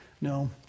No